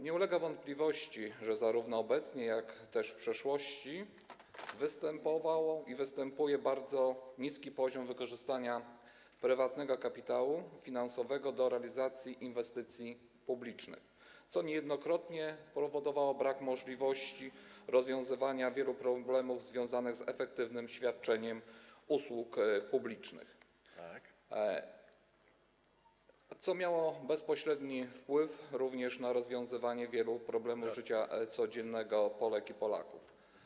Nie ulega wątpliwości, że zarówno obecnie, jak i w przeszłości występował i występuje bardzo niski poziom wykorzystania prywatnego kapitału finansowego do realizacji inwestycji publicznych, co niejednokrotnie powodowało brak możliwości rozwiązywania wielu problemów związanych z efektywnym świadczeniem usług publicznych, co miało bezpośredni wpływ również na rozwiązywanie wielu problemów życia codziennego Polek i Polaków.